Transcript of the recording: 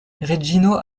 reĝino